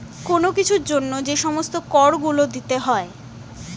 কোন কিছুর জন্য যে সমস্ত কর গুলো দিতে হয়